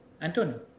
Antonio